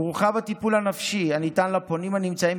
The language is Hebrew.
הורחב הטיפול הנפשי הניתן לפונים הנמצאים